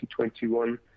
2021